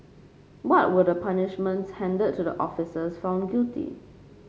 what were the punishments handed to the officers found guilty